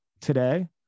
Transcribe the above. Today